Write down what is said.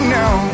now